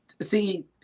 See